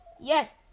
Yes